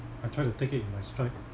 I try to take it in my stride